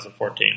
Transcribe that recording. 2014